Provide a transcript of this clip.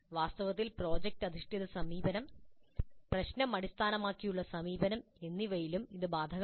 വാസ്തവത്തിൽ പ്രോജക്റ്റ് അധിഷ്ഠിത സമീപനം പ്രശ്നം അടിസ്ഥാനമാക്കിയുള്ള സമീപനം എന്നിവയിലും ഇത് ബാധകമാണ്